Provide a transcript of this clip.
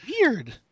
weird